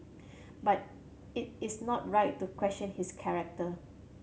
but it is not right to question his character